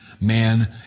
man